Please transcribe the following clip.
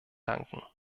danken